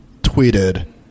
tweeted